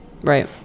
Right